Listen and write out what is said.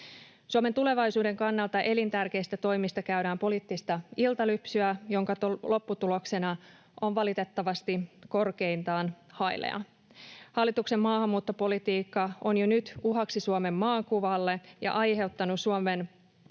Suomen tulevaisuuden kannalta elintärkeistä toimista käydään poliittista iltalypsyä, jonka lopputulos on valitettavasti korkeintaan hailea. Hallituksen maahanmuuttopolitiikka on jo nyt uhaksi Suomen maakuvalle ja aiheuttanut Suomen